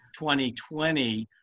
2020